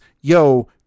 yo